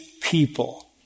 people